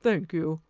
thank you.